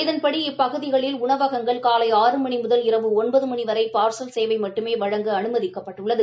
இதன்படி இப்பகுதிகளில் உணவகங்கள் காலை ஆறு மணி முதல் இரவு ஒன்பது மணி வரை பார்சல் சேவை மட்டுமே வழங்க அனுமதிக்கப்பட்டுள்ளது